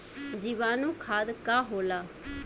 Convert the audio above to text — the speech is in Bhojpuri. जीवाणु खाद का होला?